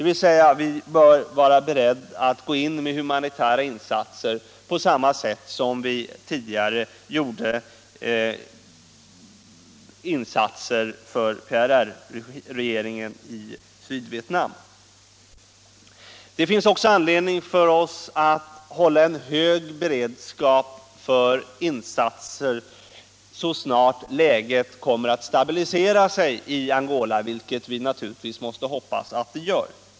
Vi bör alltså vara beredda att gå in med humanitära insatser på samma sätt som vi tidigare gjorde insatser för PRR-regeringen i Sydvietnam. Det finns också anledning för oss att hålla en hög beredskap för insatser så snart läget kommer att stabilisera sig i Angola vilket vi naturligtvis måste hoppas att det gör.